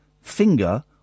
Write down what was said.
finger